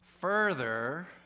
further